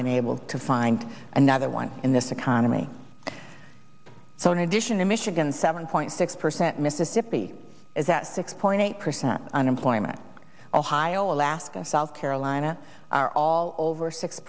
been able to find another one in this economy so in addition to michigan seven point six percent mississippi is at six point eight percent unemployment ohio alaska south carolina are all over six